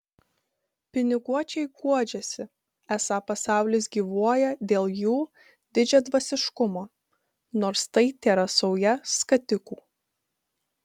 piniguočiai guodžiasi esą pasaulis gyvuoja dėl jų didžiadvasiškumo nors tai tėra sauja skatikų